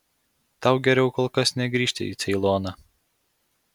tau geriau kol kas negrįžti į ceiloną